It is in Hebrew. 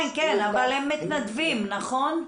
מתנדבים, נכון?